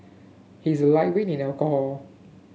he is a lightweight in alcohol